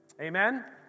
Amen